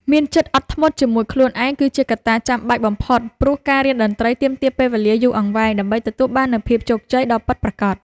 មានចិត្តអត់ធ្មត់ខ្ពស់ជាមួយខ្លួនឯងគឺជាកត្តាចាំបាច់បំផុតព្រោះការរៀនតន្ត្រីទាមទារពេលវេលាយូរអង្វែងដើម្បីទទួលបាននូវភាពជោគជ័យដ៏ពិតប្រាកដ។